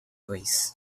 waste